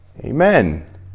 Amen